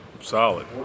solid